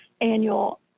annual